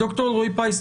ד"ר אלרעי-פרייס,